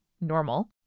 normal